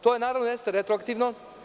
To, naravno, jeste retroaktivno.